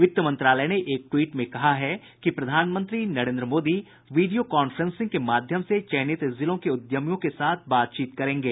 वित मंत्रालय ने एक टवीट में कहा है कि प्रधानमंत्री नरेन्द्र मोदी विडियोकांफ्रेंसिंग के माध्यम से चयनित जिलों के उद्यमियों के साथ बातचीत करेंगे